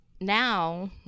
now